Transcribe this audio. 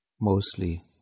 mostly